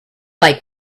like